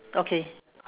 okay